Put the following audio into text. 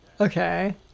Okay